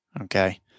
Okay